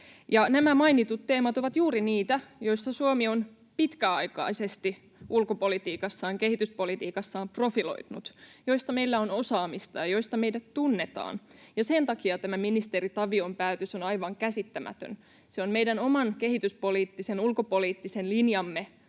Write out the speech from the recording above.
Nämä mainitut teemat ovat juuri niitä, joissa Suomi on pitkäaikaisesti ulkopolitiikassaan ja kehityspolitiikassaan profiloitunut, joista meillä on osaamista ja joista meidät tunnetaan. Sen takia tämä ministeri Tavion päätös on aivan käsittämätön. Se on meidän oman kehityspoliittisen ja ulkopoliittisen linjamme